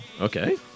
Okay